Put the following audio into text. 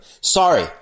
Sorry